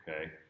okay